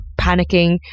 panicking